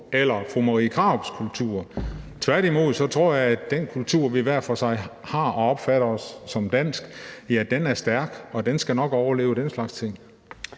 eller for fru Marie Krarups kultur. Tværtimod tror jeg, at den kultur, vi hver for sig har, og som vi opfatter som dansk, er stærk, og den skal nok overleve den slags ting.